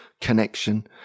connection